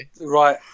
right